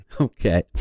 Okay